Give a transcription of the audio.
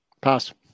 Pass